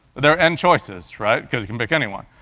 there are n choices, right? because you can pick anyone.